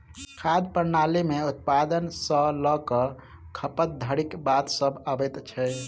खाद्य प्रणाली मे उत्पादन सॅ ल क खपत धरिक बात सभ अबैत छै